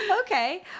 Okay